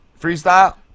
Freestyle